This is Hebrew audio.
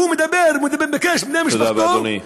הוא מבקש מבני-משפחתו, תודה רבה, אדוני.